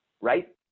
right